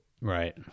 Right